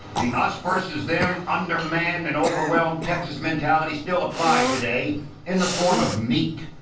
the us versus them, undermanned and overwhelmed texas mentality still applies today in the form of meat.